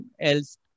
else